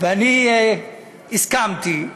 אני הסכמתי,